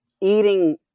eating